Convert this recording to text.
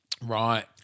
Right